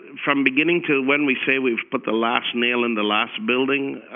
from beginning to when we say we've put the last nail in the last building,